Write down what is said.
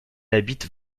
habite